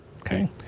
Okay